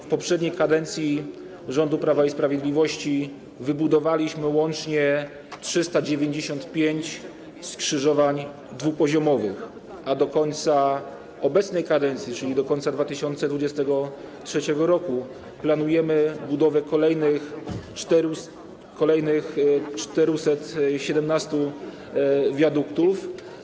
W poprzedniej kadencji rządu Prawa i Sprawiedliwości wybudowaliśmy łącznie 395 skrzyżowań dwupoziomowych, a do końca obecnej kadencji, czyli do końca 2023 r., planujemy budowę kolejnych 417 wiaduktów.